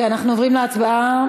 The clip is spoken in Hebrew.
אנחנו עוברים להצבעה.